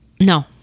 No